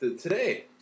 today